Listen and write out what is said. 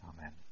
amen